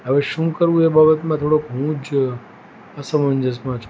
હવે શું કરવું એ બાબતમાં થોડોક હું જ અસમંજસમાં છું